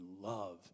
love